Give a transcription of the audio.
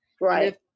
Right